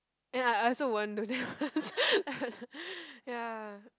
ya I also won't do that first ya